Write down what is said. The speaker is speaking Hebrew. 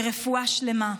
לרפואה שלמה.